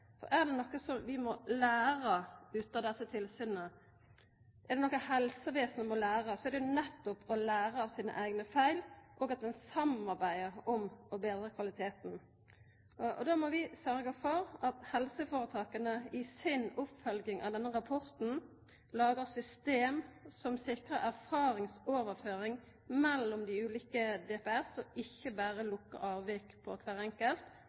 For er det noko som må koma ut av desse tilsyna, er det jo nettopp at helsevesenet må læra av sine eigne feil, og at ein samarbeider om å betra kvaliteten. Og då må vi sørgja for at helseføretaka i si oppfølging av denne rapporten lagar system som sikrar erfaringsoverføring mellom dei ulike DPS – og ikkje berre lukkar avvik på kvar enkelt